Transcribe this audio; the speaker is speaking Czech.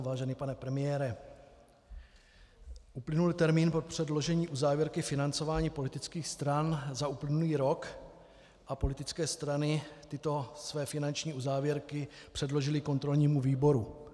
Vážený pane premiére, uplynul termín od předložení uzávěrky financování politických stran za uplynulý rok a politické strany tyto své finanční uzávěrky předložily kontrolnímu výboru.